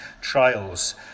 trials